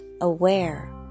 aware